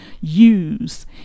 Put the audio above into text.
use